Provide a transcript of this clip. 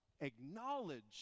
Acknowledge